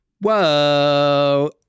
Whoa